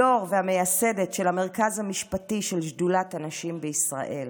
יו"ר והמייסדת של המרכז המשפטי של שדולת הנשים בישראל.